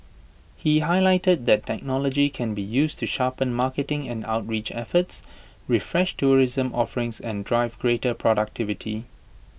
he highlighted that technology can be used to sharpen marketing and outreach efforts refresh tourism offerings and drive greater productivity